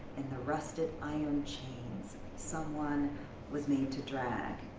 in the rusted iron chains someone was made to drag,